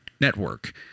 Network